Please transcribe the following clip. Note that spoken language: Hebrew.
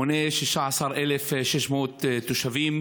ומונה 16,600 תושבים.